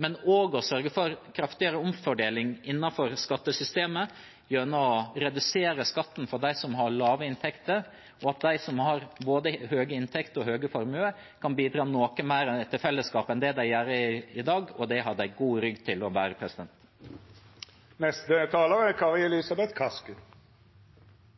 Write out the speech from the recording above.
og for å sørge for en kraftigere omfordeling innenfor skattesystemet gjennom å redusere skatten for dem som har lave inntekter, og at de som har både høye inntekter og store formuer, kan bidra noe mer til fellesskapet enn det de gjør i dag. Det har de god rygg til å bære.